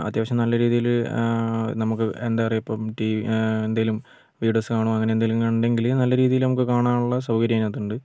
അത്യാവശ്യം നല്ല രീതിയിൽ നമുക്ക് എന്താണ് പറയുക ഇപ്പോൾ റ്റി എന്തെങ്കിലും വീഡിയോസ് കാണും അങ്ങനെ എന്തെങ്കിലും ഉണ്ടെങ്കിൽ നല്ല രീതിയിൽ നമുക്ക് കാണാനുള്ള സൗകര്യം അതിനകത്തുണ്ട്